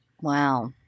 Wow